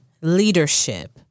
leadership